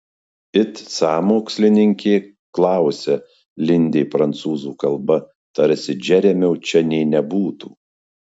it sąmokslininkė klausia lindė prancūzų kalba tarsi džeremio čia nė nebūtų